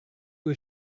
was